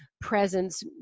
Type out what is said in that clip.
Presence